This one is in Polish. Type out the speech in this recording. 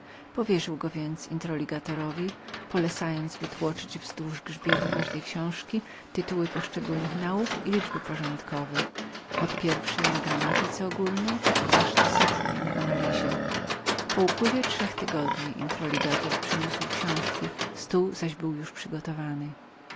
powierzył go więc introligatorowi na grzbiecie każdej książki miał być wypisany tytuł każdej nauki i liczba porządkowa od pierwszej na gramatyce uniwersalnej aż do setnej na analizie po upływie trzech tygodni introligator przyniósł książki stół zaś był już przygotowany